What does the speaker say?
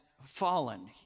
fallen